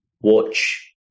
watch